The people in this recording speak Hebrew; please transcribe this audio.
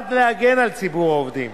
נועד להגן על ציבור העובדים.